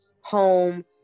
home